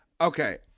Okay